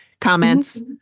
comments